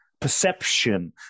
perception